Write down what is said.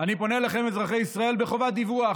אני פונה אליכם, אזרחי ישראל, בחובת דיווח.